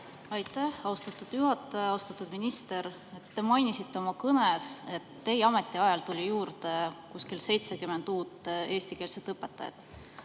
Aitäh, austatud juhataja! Austatud minister! Te mainisite oma kõnes, et teie ametiajal tuli juurde kuskil 70 uut eestikeelset õpetajat.